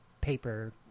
paper